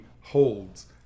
holds